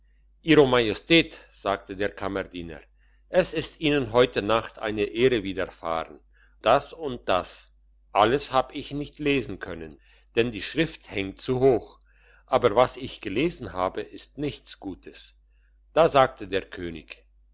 ihro majestät sagte der kammerdiener es ist ihnen heute nacht eine ehre widerfahren das und das alles hab ich nicht lesen können denn die schrift hängt zu hoch aber was ich gelesen habe ist nichts gutes da sagte der könig